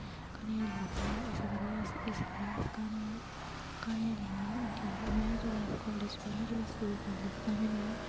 क्हानियां लिखदे रौह्न्नें इस करियै अस इस करियै अस क्हानियां क्हानियां लिखनें ठीक में जिसलै स्कूल पढ़दी ही तां बी में